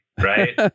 right